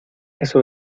eso